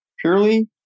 purely